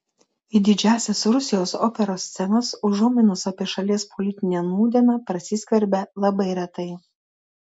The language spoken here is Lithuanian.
į didžiąsias rusijos operos scenas užuominos apie šalies politinę nūdieną prasiskverbia labai retai